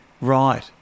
right